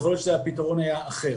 יכול להיות שהפתרון היה אחר.